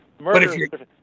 Murder